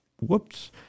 whoops